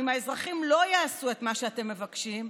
אם האזרחים לא יעשו את מה שאתם מבקשים,